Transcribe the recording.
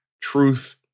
truth